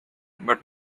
but